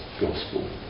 Gospel